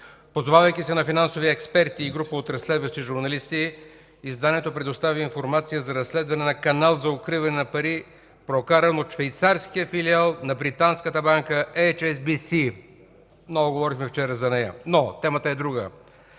Позовавайки се на финансови експерти и група от разследващи журналисти, изданието предостави информация за разследване на канал за укриване на пари, прокаран от швейцарския филиал на британската банка HSBC. Много говорихме вчера за нея, но темата е друга.